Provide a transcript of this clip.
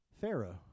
Pharaoh